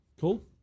Cool